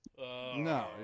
No